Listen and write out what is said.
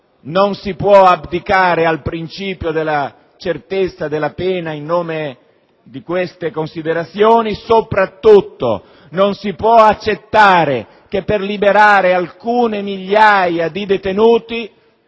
non si può abdicare al principio della certezza della pena in nome di queste considerazioni. Soprattutto, non si può accettare che per liberare alcune migliaia di detenuti